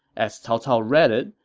as cao cao read it,